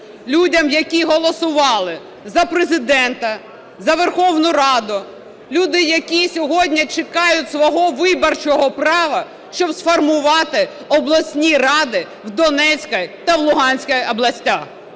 людям, які голосували за Президента, за Верховну Раду, люди, які сьогодні чекають свого виборчого права, щоб сформувати обласні ради в Донецькій та в Луганській областях.